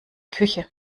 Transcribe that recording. küche